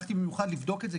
הלכתי במיוחד לבדוק את זה,